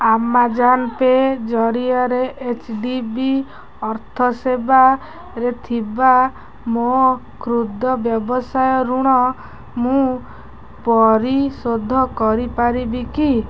Amazon pay ଜରିଆରେ H D B ଅର୍ଥ ସେବାରେ ଥିବା ମୋ କ୍ଷ୍ରୁଦ ବ୍ୟବସାୟ ଋଣ ମୁଁ ପରିଶୋଧ କରିପାରିବି କି